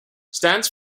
stands